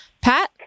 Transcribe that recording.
Pat